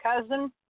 cousin